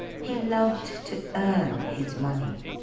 he loved to earn his money.